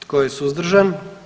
Tko je suzdržan?